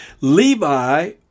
Levi